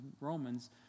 Romans